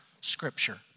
Scripture